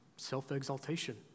Self-exaltation